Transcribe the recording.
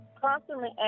constantly